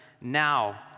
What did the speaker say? Now